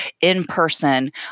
in-person